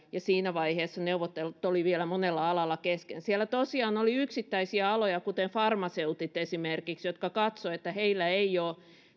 ja siinä vaiheessa neuvottelut olivat vielä monella alalla kesken siellä tosiaan oli yksittäisiä aloja kuten esimerkiksi farmaseutit jotka katsoivat että heillä ei ole